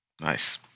Nice